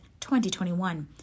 2021